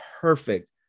perfect